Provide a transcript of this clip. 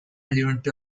unit